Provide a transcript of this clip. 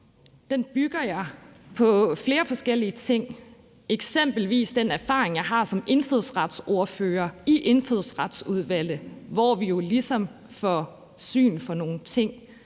Den bygger jeg på flere forskellige ting, eksempelvis den erfaring, jeg har som indfødsretsordfører i Indfødsretsudvalget, hvor vi jo ligesom får syn for nogle ting,